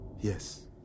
Yes